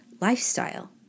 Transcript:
lifestyle